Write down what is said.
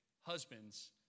husbands